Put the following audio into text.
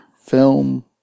film